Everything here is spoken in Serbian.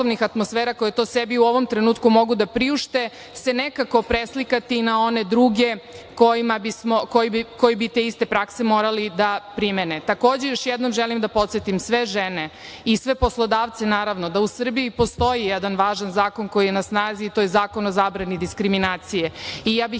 atmosfera koje to sebi bi u ovom trenutku mogu da priušte se nekako preslika na one druge koji bi te iste prakse morali da primene. Takođe, još jednom želim da podsetim sve žene i sve poslodavce da u Srbiji postoji jedan važan zakon koji je na snazi to je Zakon o zabrani diskriminacije. Ja bih